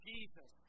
Jesus